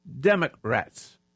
Democrats